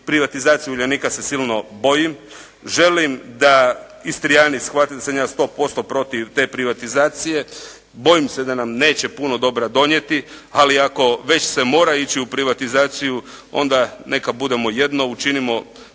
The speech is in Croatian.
privatizacije "Uljanika" se silno bojim, želim da Istrijani shvate da sam ja 100% protiv te privatizacije, bojim se da nam neće puno dobra donijeti, ali ako već se mora ići u privatizaciju, onda neka budemo jedno, učinimo